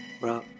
bro